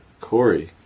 Corey